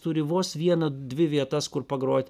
turi vos vieną dvi vietas kur pagrot